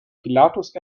pilatus